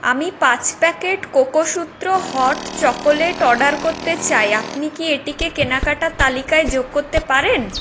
আমি পাঁচ packet Cocosutra hot chocolate order করতে চাই আপনি কি এটিকে কেনাকাটার তালিকায় যোগ করতে পারেন